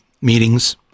meetings